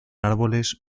árboles